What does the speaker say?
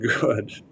good